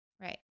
Right